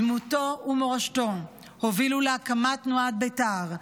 דמותו ומורשתו הובילו להקמת תנועת בית"ר,